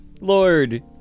Lord